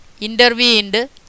intervened